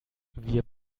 wir